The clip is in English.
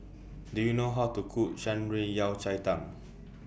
Do YOU know How to Cook Shan Rui Yao Cai Tang